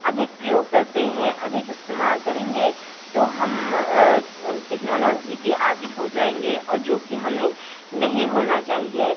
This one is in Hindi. अधिक प्रयोग करते हैं अधिक इस्तेमाल करेंगे तो हम टेक्नोलॉज़ी के आदि हो जाएँगे और जोकि हमें नहीं होना चाहिए